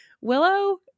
willow